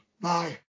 Bye